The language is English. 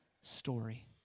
story